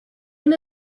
end